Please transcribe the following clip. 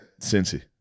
Cincy